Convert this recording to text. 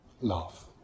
love